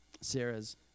Sarah's